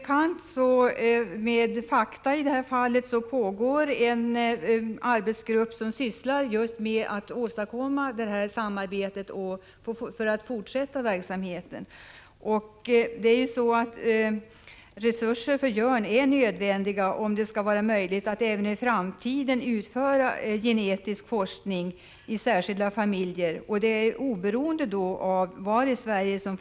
I ett interpellationssvar den 21 februari 1985 förklarade energiministern: ”För fortsatt utveckling av vindkraften krävs också att kraftbolagen tar en ökad del av ansvaret.” Energiministern utlovade också överläggningar med kraftbolagen för att åstadkomma detta ökade ansvarstagande.